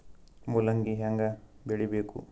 ಮೂಲಂಗಿ ಹ್ಯಾಂಗ ಬೆಳಿಬೇಕು?